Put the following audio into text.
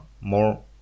more